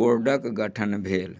बोर्डके गठन भेल